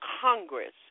Congress